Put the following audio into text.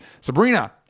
Sabrina